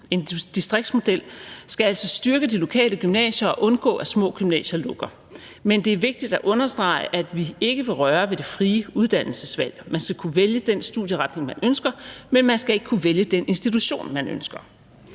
En distriktsmodel skal altså styrke de lokale gymnasier og undgå, at små gymnasier lukker. Men det er vigtigt at understrege, at vi ikke vil røre ved det frie uddannelsesvalg. Man skal kunne vælge den studieretning, man ønsker, men man skal ikke kunne vælge den institution, man ønsker.